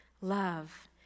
love